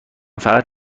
فقط